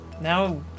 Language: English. now